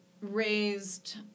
raised